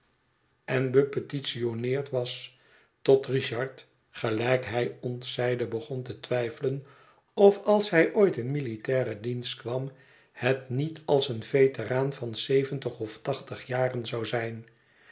en be petitioneerd was tot richard gelijk hij ons zeide begon te twijfelen of als hij ooitin militairen dienst kwam het niet als een veteraan van zeventig of tachtig jaren zou zijn